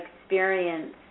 experience